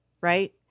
right